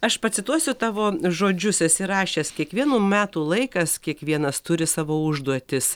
aš pacituosiu tavo žodžius esi rašęs kiekvienų metų laikas kiekvienas turi savo užduotis